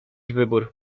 wybór